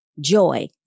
joy